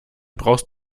brauchst